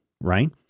Right